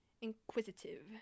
inquisitive